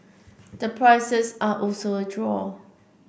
the prices are also a draw